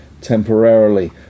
temporarily